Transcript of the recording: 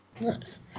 Nice